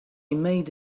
made